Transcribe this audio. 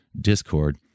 discord